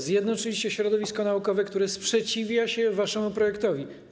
Zjednoczyliście środowisko naukowe, które sprzeciwia się waszemu projektowi.